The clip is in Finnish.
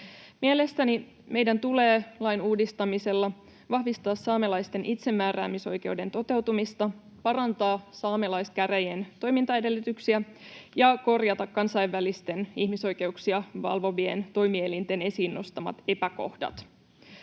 Mielestäni meidän tulee lain uudistamisella vahvistaa saamelaisten itsemääräämisoikeuden toteutumista, parantaa saamelaiskäräjien toimintaedellytyksiä ja korjata kansainvälisten ihmisoikeuksia valvovien toimielinten esiin nostamat epäkohdat.